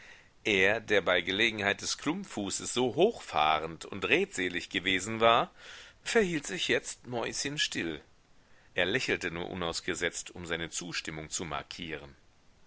er der bei gelegenheit des klumpfußes so hochfahrend und redselig gewesen war verhielt sich jetzt mäuschenstill er lächelte nur unausgesetzt um seine zustimmung zu markieren